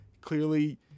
clearly